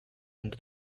into